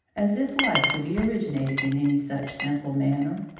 as if life could be originated in any such simple manner!